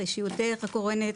אישיותך הקורנת